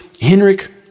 Henrik